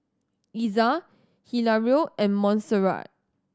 Iza Hilario and Montserrat